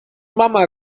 mama